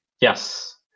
Yes